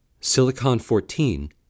silicon-14